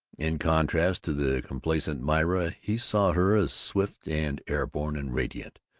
in contrast to the complacent myra he saw her as swift and air-borne and radiant,